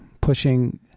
pushing